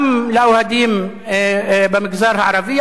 גם לאוהדים במגזר הערבי,